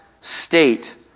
state